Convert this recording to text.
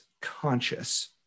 conscious